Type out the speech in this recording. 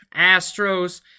Astros